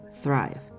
thrive